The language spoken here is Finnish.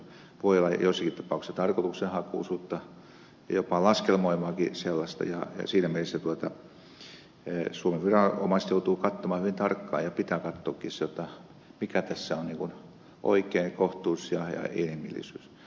voi olla joissakin tapauksissa tarkoitushakuisuutta jopa laskelmoivaakin sellaista ja siinä mielessä suomen viranomaiset joutuvat katsomaan hyvin tarkkaan ja pitää katsoa mikä tässä on oikein kohtuus ja inhimillisyys